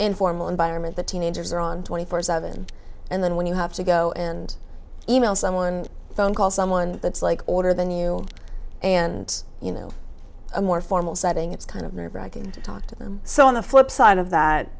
informal environment that teenagers are on twenty four seven and then when you have to go and email someone and phone call someone that's like order the new and you know a more formal setting it's kind of nerve wracking to talk to them so on the flip side of that